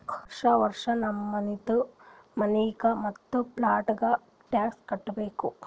ವರ್ಷಾ ವರ್ಷಾ ನಮ್ದು ಮನಿಗ್ ಮತ್ತ ಪ್ಲಾಟ್ಗ ಟ್ಯಾಕ್ಸ್ ಕಟ್ಟಬೇಕ್